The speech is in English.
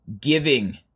giving